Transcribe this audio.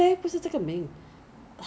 money changers 这么可怜现在